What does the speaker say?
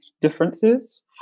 differences